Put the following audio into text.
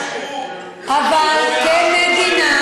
אבל כמדינה,